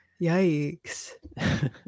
yikes